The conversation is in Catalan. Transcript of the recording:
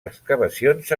excavacions